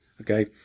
Okay